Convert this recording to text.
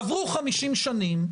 עברו 50 שנים,